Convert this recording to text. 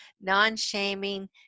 non-shaming